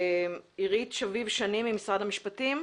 עירית שביב שני ממשרד המשפטים.